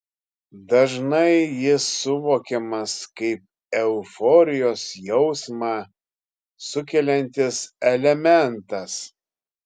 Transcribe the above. dažnai jis suvokiamas kaip euforijos jausmą sukeliantis elementas